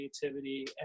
creativity